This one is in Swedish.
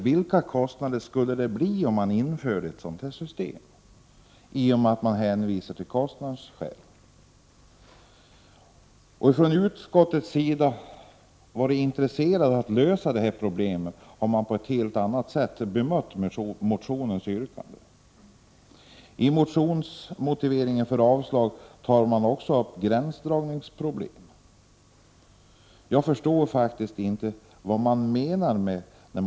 Vilka kostnader skulle införandet av ett sådant system medföra? Om man från utskottets sida hade varit intresserad av att lösa detta problem hade man bemött motionens yrkande på ett helt annat sätt. Utskottet motiverar även sitt avstyrkande med att detta förslag om det genomfördes skulle innebära gränsdragningsproblem. Jag förstår inte vad man menar med det.